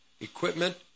equipment